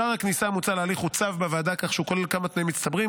"שער הכניסה" המוצע להליך עוצב בוועדה כך שהוא כולל כמה תנאים מצטברים.